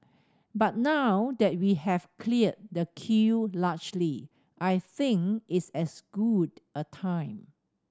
but now that we have cleared the queue largely I think it's as good a time